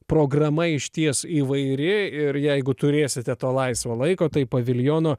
programa išties įvairi ir jeigu turėsite to laisvo laiko tai paviljono